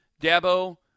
Dabo